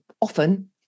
often